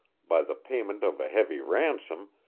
by the payment of a heavy ransom,